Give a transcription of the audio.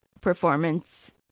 performance